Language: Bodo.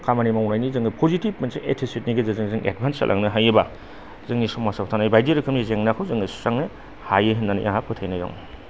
खामानि मावनायनि जोंङो पलिति मोनसे एटिटियुडनि गेजेरजों जोङो एडबान्स जालांनो हायोबा जोंनि समाजाव थानाय बायदि जेंनाखौ जोङो सुस्रांनो हायो होननानै आंहा फोथायनाय दं